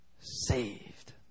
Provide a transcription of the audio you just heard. saved